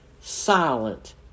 silent